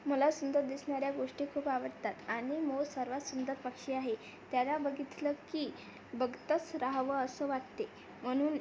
मला सुंदर दिसणाऱ्या गोष्टी खूप आवडतात आणि मोर सर्वात सुंदर पक्षी आहे त्याला बघितलं की बघतंच रहावं असं वाटते म्हणून